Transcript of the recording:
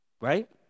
Right